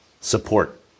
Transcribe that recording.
support